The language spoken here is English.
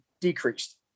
decreased